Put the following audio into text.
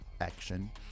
action